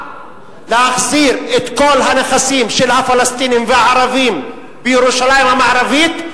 להחזיר את כל הנכסים של הפלסטינים והערבים בירושלים המערבית,